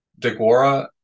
Deguara